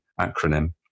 acronym